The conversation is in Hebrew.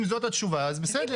אם זאת התשובה, אז בסדר.